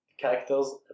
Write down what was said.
characters